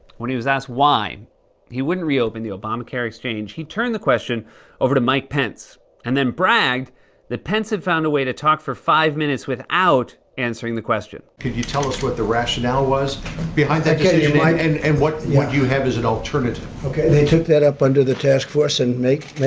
when he was asked why he wouldn't reopen the obamacare exchange, he turned the question over to mike pence and then bragged that pence had found a way to talk for five minutes without answering the question. could you tell us what the rationale was behind that yeah decision but and and what what you have as an alternative? okay, they took that up under the task force. and maybe,